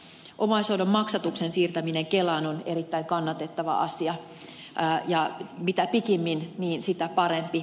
omaishoidon maksatuksen siirtäminen kelaan on erittäin kannatettava asia ja mitä pikimmin sitä parempi